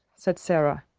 said sara.